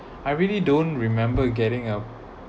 I really don't remember getting a